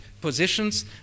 positions